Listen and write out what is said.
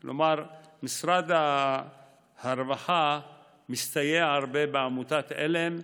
כלומר, משרד הרווחה מסתייע הרבה בעמותת עלם,